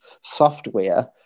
software